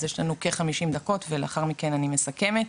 יש לנו כ-50 דקות ולאחר מכן אני מסכמת.